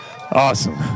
Awesome